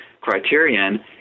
criterion